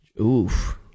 Oof